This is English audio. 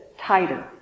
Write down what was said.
tighter